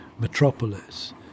Metropolis